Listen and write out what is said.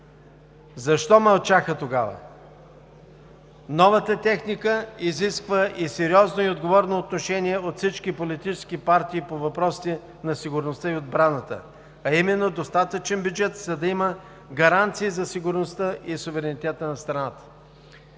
Защо мълчаха тогава? Новата техника изисква сериозно и отговорно отношение от всички политически партии по въпросите на сигурността и отбраната, а именно достатъчен бюджет, за да има гаранции за сигурността и суверенитета на страната.